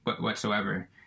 whatsoever